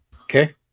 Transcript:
Okay